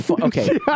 Okay